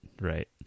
Right